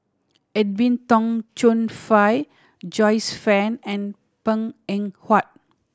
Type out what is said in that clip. Edwin Tong Chun Fai Joyce Fan and Png Eng Huat